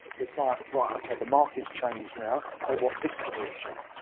its like, right okay the markets changed now. they want this solution,